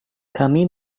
kami